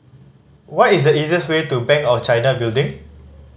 what is the easiest way to Bank of China Building